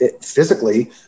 physically